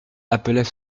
appelait